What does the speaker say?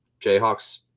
Jayhawks